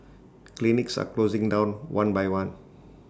clinics are closing down one by one